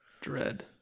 Dread